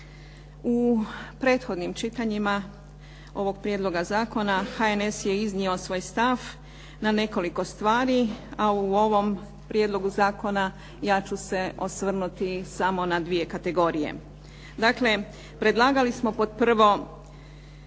U prethodnim čitanjima ovog prijedloga zakona HNS je iznio svoj stav na nekoliko stvari, a u ovom prijedlogu zakona ja ću se osvrnuti samo na dvije kategorije. Dakle, predlagali smo pod prvo